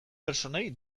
pertsonei